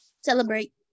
Celebrate